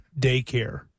daycare